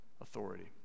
authority